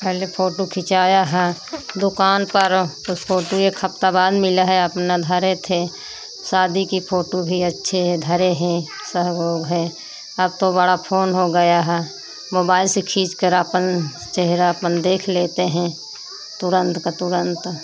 पहले फोटू खिंचाया है दुकान पर वह तो फोटू एक हफ्ता बाद मिला है अपना धरे थे शादी की फोटू भी अच्छी है धरे हैं सह हैं अब तो बड़ा फोन हो गया है मोबाइल से खींचकर आपन चेहरा अपन देख लेते हैं तुरन्त का तुरन्त